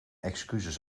excuses